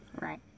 Right